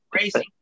Racing